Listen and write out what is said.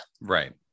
right